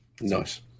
Nice